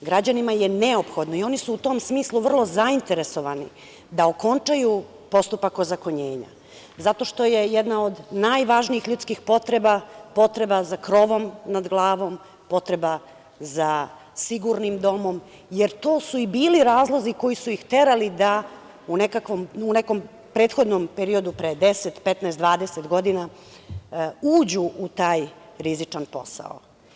Građanima je neophodno i oni su u tom smislu vrlo zainteresovani da okončaju postupak ozakonjenja zato što je jedna od najvažnijih ljudskih potreba, potreba za krovom nad glavom, potreba za sigurnim domom, jer to su i bili razlozi koji su ih terali da u nekom prethodnom periodu 10, 15, 20 godina uđu taj rizičan posao.